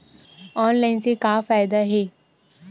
Online से का फ़ायदा हे?